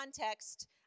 context